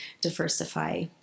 diversify